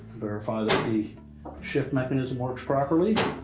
verify that the shift mechanism works properly.